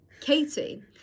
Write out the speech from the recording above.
Katie